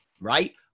right